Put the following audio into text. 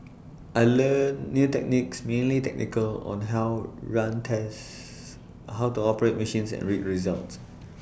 I learnt new techniques mainly technical on how run tests how to operate machines and read results